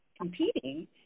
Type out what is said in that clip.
competing